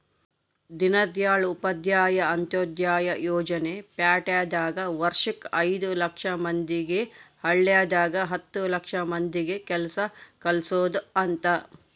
ದೀನ್ದಯಾಳ್ ಉಪಾಧ್ಯಾಯ ಅಂತ್ಯೋದಯ ಯೋಜನೆ ಪ್ಯಾಟಿದಾಗ ವರ್ಷಕ್ ಐದು ಲಕ್ಷ ಮಂದಿಗೆ ಹಳ್ಳಿದಾಗ ಹತ್ತು ಲಕ್ಷ ಮಂದಿಗ ಕೆಲ್ಸ ಕಲ್ಸೊದ್ ಅಂತ